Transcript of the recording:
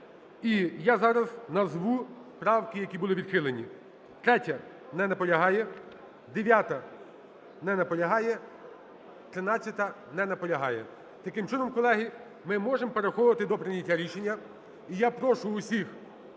І я зараз назву правки, які були відхилені. 3-я. Не наполягає. 9-а. Не наполягає. 13-а. Не наполягає. Таким чином, колеги, ми можемо переходити до прийняття рішення. І я прошу всіх